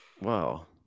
Wow